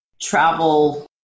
travel